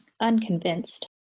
unconvinced